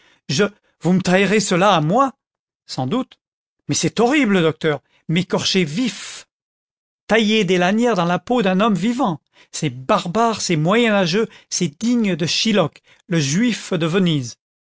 je vous me taillerez cela à moi sans doute mais c'est horrible docteur m'écorcher vif tailler des lanières dans la peau d'un homme vivant c'est barbare c'est moyen âge c'est digne de shylock le juif de venise